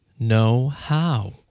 know-how